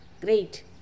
great